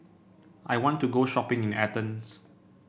I want to go shopping in Athens